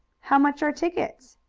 how much are tickets?